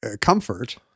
comfort